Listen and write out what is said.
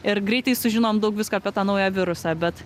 ir greitai sužinom daug visko apie tą naują virusą bet